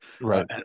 right